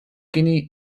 guinea